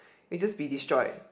you just be destroyed